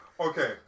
Okay